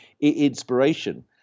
inspiration